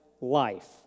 life